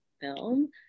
film